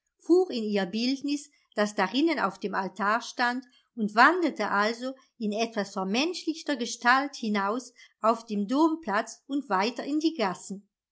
in ihr bildnis das darinnen auf dem altar stand und wandelte also in etwas vermenschlichter gestalt hinaus auf den domplatz und weiter in die gassen